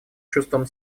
чувством